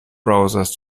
browsers